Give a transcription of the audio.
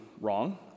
wrong